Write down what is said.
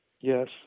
Yes